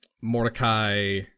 Mordecai